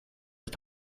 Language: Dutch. het